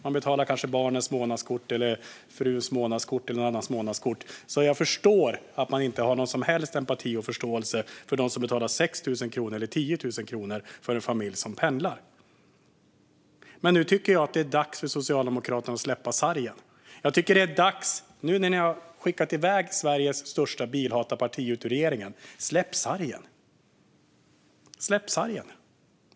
Man betalar kanske barnens, fruns eller någon annans månadskort. Jag förstår att man inte har någon som helst empati och förståelse för dem som betalar 6 000 kronor eller 10 000 kronor för en familj som pendlar. Men nu tycker jag att det är dags för er i Socialdemokraterna att släppa sargen. Nu när ni har skickat ut Sveriges största bilhatarparti ur regeringen tycker jag att det är dags att ni släpper sargen.